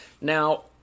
Now